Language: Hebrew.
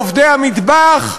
לעובדי המטבח,